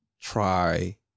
try